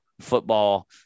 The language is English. football